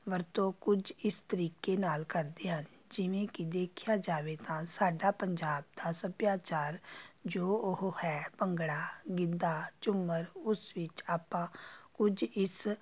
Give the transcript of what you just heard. ਵਰਤੋਂ ਕੁਝ ਇਸ ਤਰੀਕੇ ਨਾਲ਼ ਕਰਦੇ ਹਨ ਜਿਵੇਂ ਕਿ ਦੇਖਿਆ ਜਾਵੇ ਤਾਂ ਸਾਡਾ ਪੰਜਾਬ ਦਾ ਸੱਭਿਆਚਾਰ ਜੋ ਉਹ ਹੈ ਭੰਗੜਾ ਗਿੱਧਾ ਝੂਮਰ ਉਸ ਵਿੱਚ ਆਪਾਂ ਕੁਝ ਇਸ